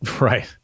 Right